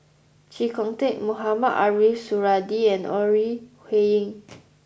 Chee Kong Tet Mohamed Ariff Suradi and Ore Huiying